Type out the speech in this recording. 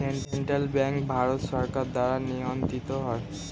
central bank Bharat সরকার দ্বারা নিয়ন্ত্রিত হয়